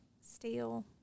steel